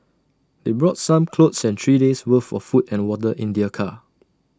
they brought some clothes and three days' worth of food and water in their car